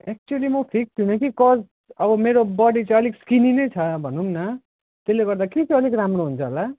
actually म fit छुइनँ कि कज मेरो बडी चाहिँ अलिक स्किनी नै छ भनौँ न त्यसले गर्दा के चाहिँ अलिक राम्रो हुन्छ होला